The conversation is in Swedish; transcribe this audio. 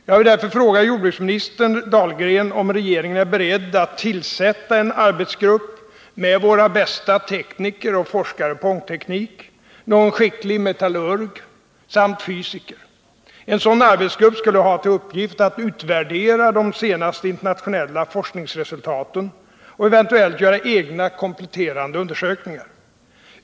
Jag vill därför fråga jordbruksminister Dahlgren om regeringen är beredd att tillsätta en arbetsgrupp med våra bästa tekniker och forskare på ångteknik, någon skicklig metallurg samt fysiker. En sådan arbetsgrupp skulle ha till uppgift att utvärdera de senaste internationella forskningsresultaten och eventuellt göra egna kompletterande undersökningar.